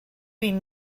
been